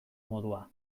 modua